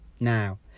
Now